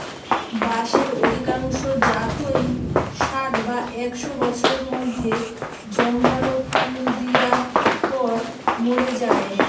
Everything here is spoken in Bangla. বাঁশের অধিকাংশ জাতই ষাট বা একশ বছরের মধ্যে জমকালো ফুল দিয়ার পর মোরে যায়